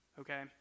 Okay